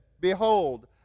Behold